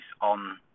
on